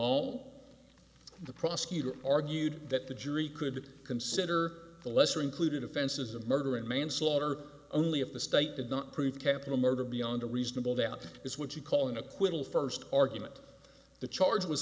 all the prosecutor argued that the jury could consider the lesser included offenses of murder and manslaughter only if the state did not prove capital murder beyond a reasonable doubt is what you call an acquittal first argument the charge was